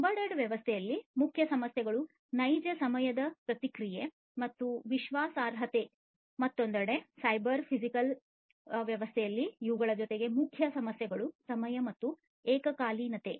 embedded ವ್ಯವಸ್ಥೆಯಲ್ಲಿ ಮುಖ್ಯ ಸಮಸ್ಯೆಗಳು ನೈಜ ಸಮಯದ ಪ್ರತಿಕ್ರಿಯೆ ಮತ್ತು ವಿಶ್ವಾಸಾರ್ಹತೆ ಮತ್ತೊಂದೆಡೆ ಸೈಬರ್ ಫಿಸಿಕಲ್ ವ್ಯವಸ್ಥೆಯಲ್ಲಿ ಇವುಗಳ ಜೊತೆಗೆ ಮುಖ್ಯ ಸಮಸ್ಯೆಗಳು ಸಮಯ ಮತ್ತು ಏಕಕಾಲೀನತೆ